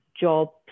jobs